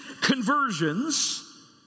conversions